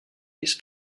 this